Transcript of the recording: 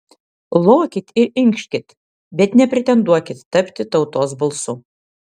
lokit ir inkškit bet nepretenduokit tapti tautos balsu